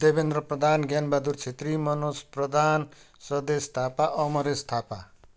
Devendra Pradhan Gyanbahadur Chhetri Manoj Pradhan Swadesh Thapa Amaresh Thapa